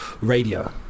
radio